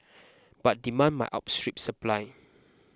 but demand might outstrip supply